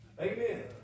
Amen